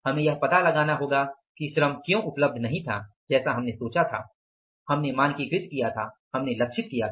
हमें यह पता लगाना होगा कि श्रम क्यों उपलब्ध नहीं था जैसा हमने सोचा था हमने मानकीकृत किया था हमने लक्षित किया था